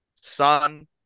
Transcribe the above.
sun